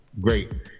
Great